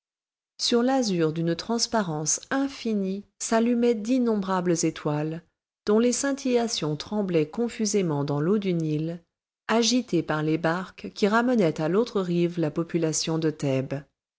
sur l'azur d'une transparence infinie s'allumaient d'innombrables étoiles dont les scintillations tremblaient confusément dans l'eau du nil agitée par les barques qui ramenaient à l'autre rive la population de thèbes